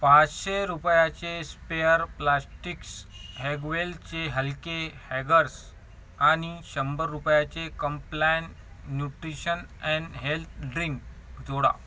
पाचशे रुपयाचे spare plastics हॅगवेलचे हलके हॅगर्स आणि शंभर रुपयाचे Complan nutrition and health drink जोडा